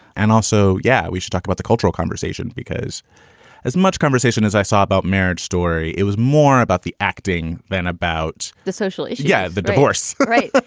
and also, yeah, we should talk about the cultural conversation because as much conversation as i saw about marriage story, it was more about the acting than about the socially yeah. the divorce rate.